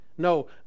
No